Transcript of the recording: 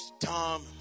Tom